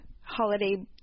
holiday